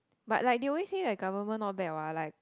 but like they always say right government not bad what like